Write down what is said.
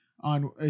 on –